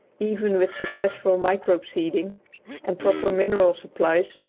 even with successful microbe-seeding and proper mineral supplies,